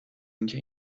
اینکه